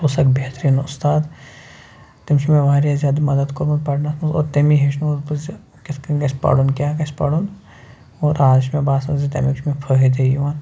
سُہ اوس اکھ بہتریٖن اُستاد تٔمۍ چھُ مےٚ وارِیاہ زیادٕ مدد کوٚرمُت پرنس منٛز اور تٔمی ہیٚچھنووُس بہٕ زِ کِتھٕ کٔنۍ گَژھِ پَرُن کیٛاہ گَژھِ پرُن اور آج چھُ مےٚ باسان زِ تَمیُک چھُ مےٚ فٲیدَے یِوان